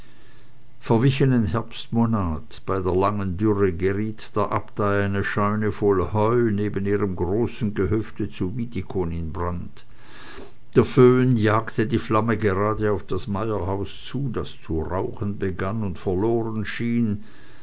verwichenen herbstmonat bei der langen dürre geriet der abtei eine scheune voll heu neben ihrem großen gehöde zu wiedikon in brand der föhn jagte die flamme gerade auf das meierhaus zu das zu rauchen begann und verloren schien